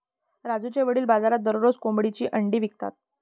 राजूचे वडील बाजारात दररोज कोंबडीची अंडी विकतात